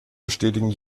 bestätigten